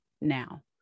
now